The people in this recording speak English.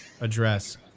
address